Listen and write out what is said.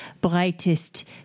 brightest